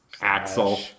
Axel